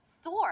store